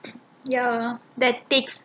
ya that takes